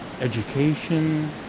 education